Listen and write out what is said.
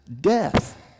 death